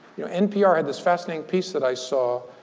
you know, npr had this fascinating piece that i saw,